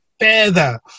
further